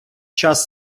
час